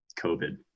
COVID